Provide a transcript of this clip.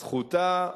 זכותה.